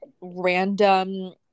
random